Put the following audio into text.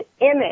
image